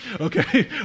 Okay